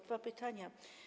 Dwa pytania.